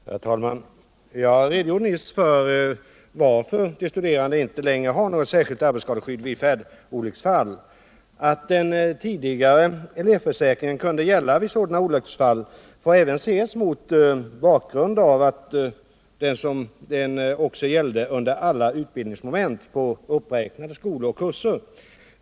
Herr talman! Jag redogjorde nyss för orsaken till att de studerande inte längre har något arbetsskadeskydd vid färdolycksfall. Att den tidigare elevförsäkringen kunde gälla vid sådana olycksfall får ses mot bakgrund av att den gällde under alla utbildningsmoment på uppräknade skolor och kurser.